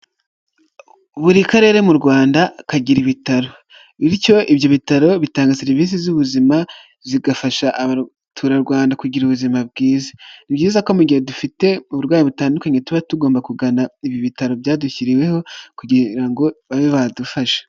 Buri Karere mu Rwanda kagira ibitaro, bityo ibyo bitaro bitanga serivisi z'ubuzima zigafasha abaturarwanda kugira ubuzima bwiza, ni byiza ko mu gihe dufite uburwayi butandukanye tuba tugomba kugana ibi bitaro byadushyiriweho, kugira ngo babe badufashe.